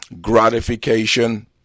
gratification